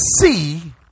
see